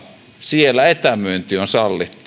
siellä etämyynti on sallittu